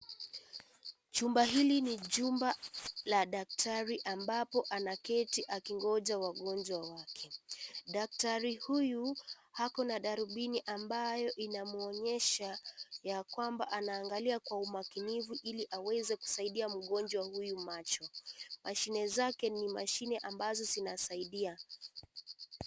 Chumba hili ni chumba la daktari ambapo anaketi akingoja wagonjwa wake. Daktari huyu ako na darubini ambayo inamwonyesha ya kwamba anaangalia kwa uamkinifu ili aweze kusaidia mgonjwa huyu macho. Mashine zake ni mashine ambazo zinasaidia.